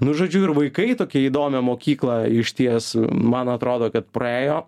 nu žodžiu ir vaikai tokią įdomią mokyklą išties man atrodo kad praėjo